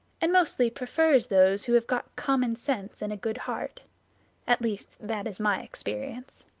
and mostly prefers those who have got common sense and a good heart at least that is my experience.